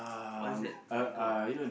what's that thing called